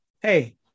hey